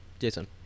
Jason